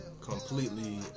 completely